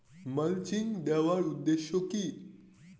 Mulching দেওয়ার উদ্দেশ্য কি?